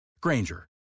Granger